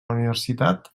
universitat